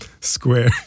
square